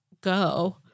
go